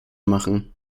machen